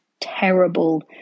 terrible